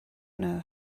know